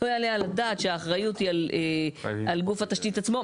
לא יעלה על הדעת שהאחריות היא על גוף התשתית עצמו,